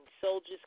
Soldiers